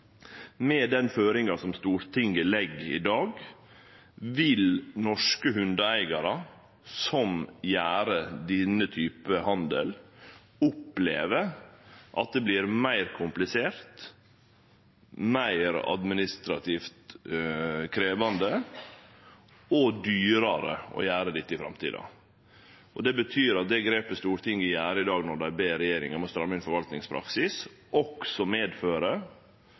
Med den føringa som Stortinget legg i dag, vil norske hundeeigarar som gjer denne typen handel, oppleve at det vert meir komplisert, meir administrativt krevjande og dyrare å gjere dette i framtida. Det betyr at det grepet Stortinget tek i dag når dei ber regjeringa om å stramme inn forvaltningspraksisen, også